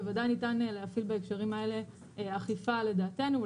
בוודאי ניתן להפעיל בהקשרים האלה אכיפה לדעתנו.